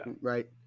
Right